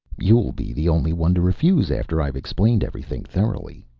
you'll be the only one to refuse, after i've explained everything thoroughly.